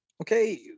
Okay